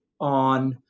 on